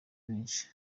benshi